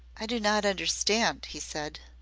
i do not understand, he said.